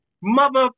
mother